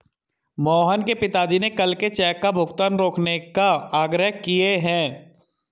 मोहन के पिताजी ने कल के चेक का भुगतान रोकने का आग्रह किए हैं